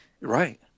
Right